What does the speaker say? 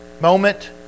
moment